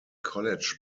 college